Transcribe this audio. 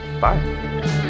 bye